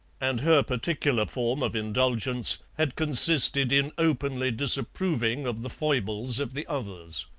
and her particular form of indulgence had consisted in openly disapproving of the foibles of the others.